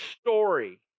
story